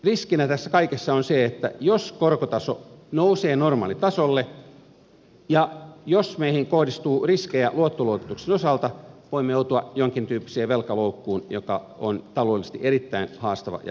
riskinä tässä kaikessa on se että jos korkotaso nousee normaalitasolle ja jos meihin kohdistuu riskejä luottoluokituksen osalta voimme joutua jonkin tyyppiseen velkaloukkuun mikä on taloudellisesti erittäin haastava ja vaikea tilanne